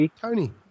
Tony